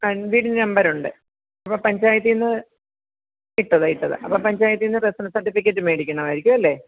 convene നമ്പറുണ്ട് അപ്പം പഞ്ചായത്തീന്ന് ഇട്ടതാണ് ഇട്ടതാണ് അപ്പം പഞ്ചായത്തീന്ന് റെസിഡൻഷ്യൽ സർട്ടിഫിക്കറ്റ് മേടിക്കണായിരിക്കും അല്ലേ